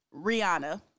Rihanna